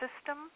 system